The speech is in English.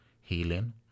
healing